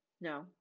No